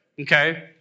okay